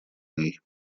ней